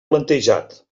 plantejat